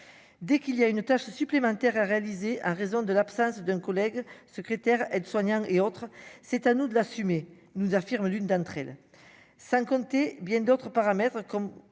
dès qu'il y a une tâche supplémentaire à réaliser, à raison de l'absence d'un collègue secrétaire aide-soignants et autres, c'est à nous de l'assumer, nous affirme l'une d'entre elles, sans compter bien d'autres paramètres comme